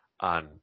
on